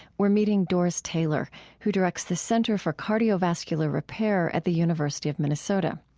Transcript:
we're meeting doris taylor who directs the center for cardiovascular repair at the university of minnesota.